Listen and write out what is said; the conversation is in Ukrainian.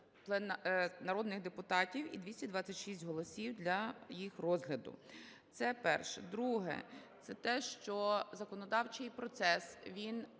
народних депутатів і 226 голосів для їх розгляду. Це перше. Друге. Це те, що законодавчий процес, він